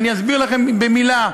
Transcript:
אני אסביר לכם במילה.